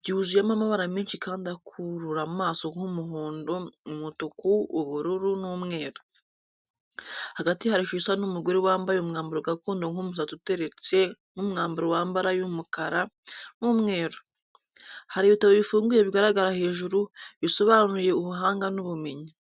byuzuyemo amabara menshi kandi akurura amaso nk’umuhondo, umutuku, ubururu, n'umweru. Hagati hari ishusho isa n’umugore wambaye umwambaro gakondo nk’umusatsi uteretse n’umwambaro w’amabara y’umukara n’umweru. Hari ibitabo bifunguye bigaragara hejuru, bisobanuye ubuhanga n'ubumenyi.